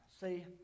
See